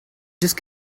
just